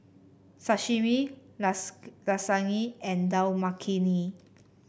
Sashimi Lasagne and Dal Makhani